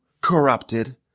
corrupted